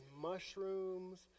mushrooms